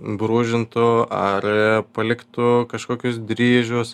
brūžintų ar paliktų kažkokius dryžius